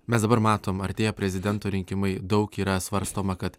mes dabar matom artėja prezidento rinkimai daug yra svarstoma kad